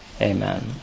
Amen